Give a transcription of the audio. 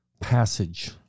passage